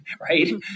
right